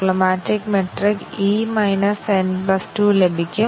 അതിനാൽ atomic expression ഈ അവസ്ഥയുടെ വിലയിരുത്തൽ ശരിയാകും